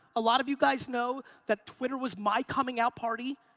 a lot of you guys know that twitter was my coming out party.